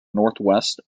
northwest